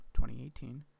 2018